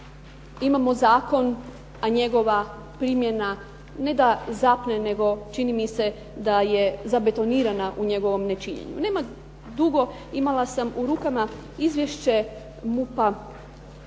imamo zakon a njegova primjena ne da zapne, nego čini mi se da je zabetonirana u njegovom nečinjenju. Nema dugo imala sam u rukama izvješće MUP-a